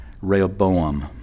Rehoboam